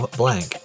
blank